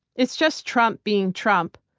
it's just trump being trump,